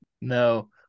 No